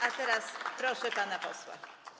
A teraz proszę pana posła.